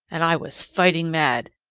and i was fighting mad.